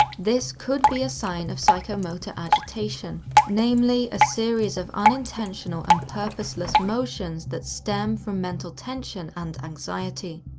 this could be a sign of psychomotor agitation, namely a series of unintentional and purposeless motions that stem from mental tension and anxiety.